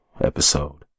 episode